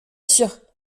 sûr